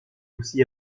aussi